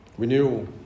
Renewal